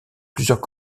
plusieurs